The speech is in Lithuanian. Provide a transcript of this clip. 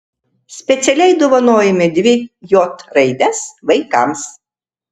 specialiai dovanojome dvi j raides vaikams